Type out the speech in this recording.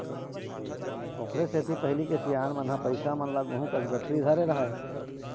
ओखरे सेती पहिली के सियान मन ह पइसा मन ल गुहूँ कस गठरी धरे रहय